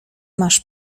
masz